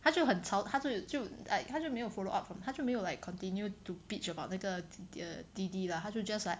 他就很吵她就就 like 他就没有 follow up from 他就没有 like continue to bitch about 那个 D_D lah 他就 just like